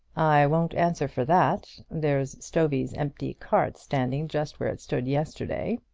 i won't answer for that. there's stovey's empty cart standing just where it stood yesterday